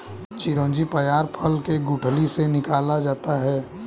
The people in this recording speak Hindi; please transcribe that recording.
चिरौंजी पयार फल के गुठली से निकाला जाता है